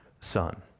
Son